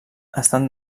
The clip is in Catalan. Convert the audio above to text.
estan